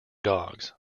dogs